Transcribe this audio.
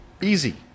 Easy